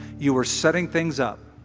you were setting things up,